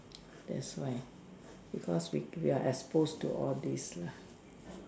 that's why because we we are exposed to all this lah